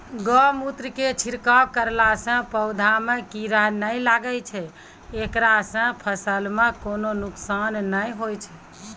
गोमुत्र के छिड़काव करला से पौधा मे कीड़ा नैय लागै छै ऐकरा से फसल मे कोनो नुकसान नैय होय छै?